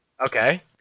Okay